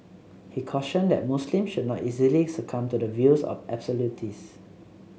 he cautioned that Muslims should not easily succumb to the views of absolutists